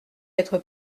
être